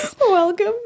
Welcome